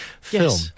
film